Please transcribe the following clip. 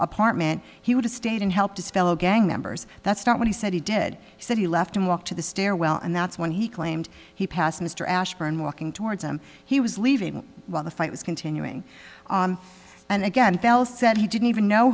apartment he would have stayed in help his fellow gang members that's not what he said he did he said he left and walked to the stairwell and that's when he claimed he passed mr ashburn walking towards him he was leaving while the fight was continuing and again fell said he didn't even know